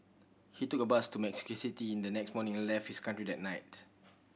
he took a bus to Mexico City in the next morning and left his country that night